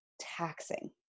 taxing